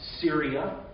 Syria